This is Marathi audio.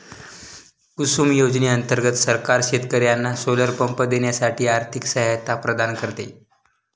कुसुम योजने अंतर्गत सरकार शेतकर्यांना सोलर पंप घेण्यासाठी आर्थिक सहायता प्रदान करते